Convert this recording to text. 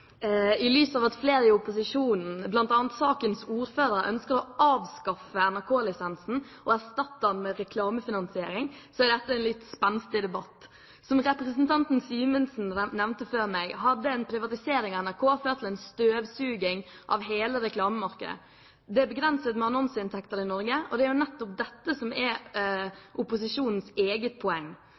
I lys av at flere i opposisjonen, bl.a. sakens ordfører, ønsker å avskaffe NRK-lisensen og erstatte den med reklamefinansiering, er dette en litt spenstig debatt. Som representanten Simensen nevnte før meg, hadde en privatisering av NRK ført til en støvsuging av hele reklamemarkedet. Det er begrenset med annonseinntekter i Norge, og det er jo nettopp dette som er opposisjonens eget poeng,